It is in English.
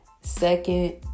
Second